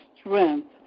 strength